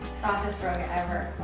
softest rug ever.